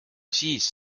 siis